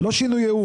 לא שינוי יעוד.